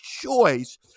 choice